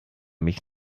mich